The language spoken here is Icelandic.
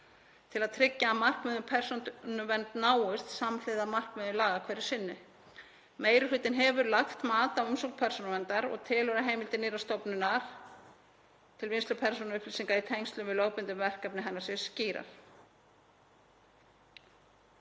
til að tryggja að markmið um persónuvernd náist samhliða markmiðum laga hverju sinni. Meiri hlutinn hefur lagt mat á umsögn Persónuverndar og telur að heimildir nýrrar stofnunar til vinnslu persónuupplýsinga í tengslum við lögbundin verkefni hennar séu skýrar.